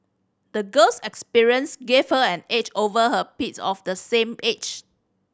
the girl's experience gave her an edge over her peers of the same age